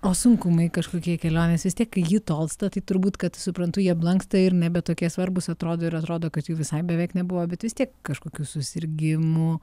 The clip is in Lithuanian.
o sunkumai kažkokie kelionės vis tiek ji tolsta tai turbūt kad suprantu jie blanksta ir nebe tokie svarbūs atrodo ir atrodo kad jų visai beveik nebuvo bet vis tiek kažkokių susirgimų